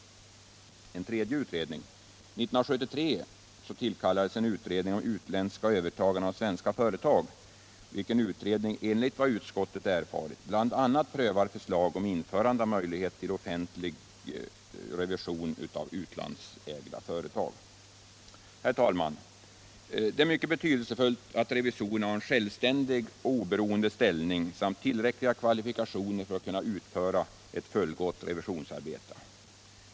År 1973 tillkallades en utredning om utländska övertaganden av svenska företag, vilken utredning, enligt vad utskottet erfarit, bl.a. prövar förslag om införande av möjlighet till offentlig revision av utlandsägda företag. Herr talman! Det är mycket betydelsefullt att revisorerna har en självständig och oberoende ställning samt tillräckliga kvalifikationer för att kunna utföra ett fullgott revisionsarbete.